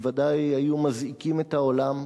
בוודאי היו מזעיקים את העולם,